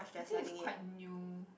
I think is quite new